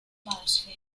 biosphere